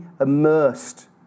immersed